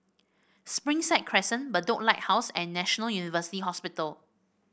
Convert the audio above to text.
Springside Crescent Bedok Lighthouse and National University Hospital